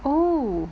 oo